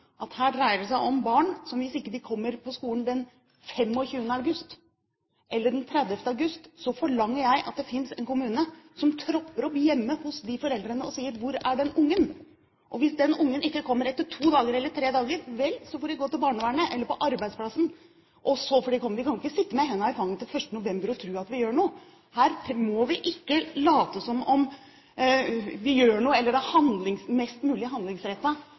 at hvis det dreier seg om barn som ikke kommer på skolen den 25. august, eller den 30. august, så forlanger jeg at det finnes en kommune som tropper opp hjemme hos de foreldrene og sier: Hvor er den ungen? Og hvis den ungen ikke kommer etter to dager eller tre dager, vel, så får de gå til barnevernet, eller på arbeidsplassen, og så får de komme. Vi kan ikke sitte med hendene i fanget fram til 1. november og tro at vi gjør noe. Her må vi ikke late som om vi gjør noe eller at det er mest mulig